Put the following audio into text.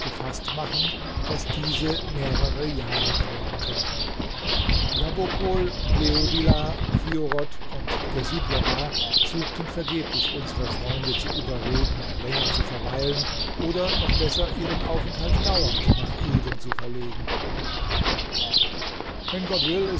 gefaßt machen daß diese mehrere jahre dauern könne gabokol bleodila fliorot und glessiblora suchten vergeblich unsere freunde zu überreden länger zu verweilen oder noch besser ihren aufenthalt dauernd nach eden zu verlegen wenn gott will